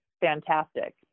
fantastic